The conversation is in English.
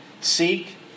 Seek